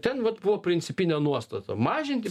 ten vat buvo principinė nuostata mažinti